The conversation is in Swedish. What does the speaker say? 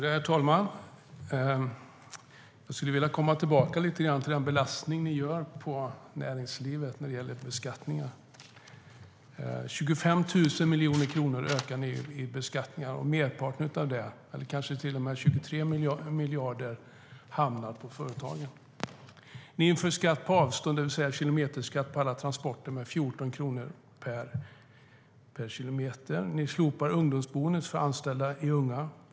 Herr talman! Jag skulle vilja återkomma till den belastning ni gör på näringslivet när det gäller beskattningar. 25 miljarder kronor ökar ni beskattningarna med, och merparten av det, eller kanske till och med 23 miljarder, hamnar på företagen. Ni inför skatt på avstånd, det vill säga kilometerskatt på alla transporter, med 14 kronor per kilometer. Ni slopar ungdomsboendet för anställda unga.